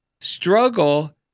Struggle